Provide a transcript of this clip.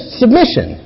submission